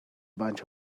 bunch